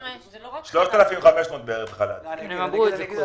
שהממשלה מאשרת את זה מחר, תאמר לנו את סדר-היום.